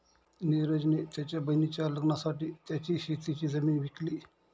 निरज ने त्याच्या बहिणीच्या लग्नासाठी त्याची शेतीची जमीन विकली